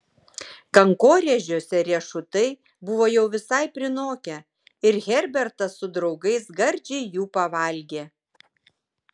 kankorėžiuose riešutai buvo jau visai prinokę ir herbertas su draugais gardžiai jų pavalgė